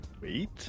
wait